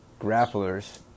grapplers